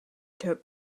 took